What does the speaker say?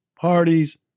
parties